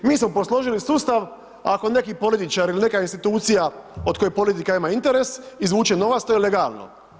Mi smo posložili sustav, ako neki političar ili neka institucija od koje politika ima interes, izvuče novac, to je legalno.